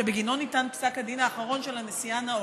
שבגינו ניתן פסק הדין האחרון של הנשיאה נאור,